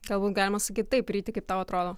galbūt galima sakyt taip ryti kaip tau atrodo